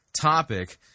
topic